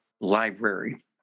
Library